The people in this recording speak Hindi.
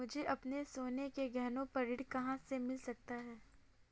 मुझे अपने सोने के गहनों पर ऋण कहाँ से मिल सकता है?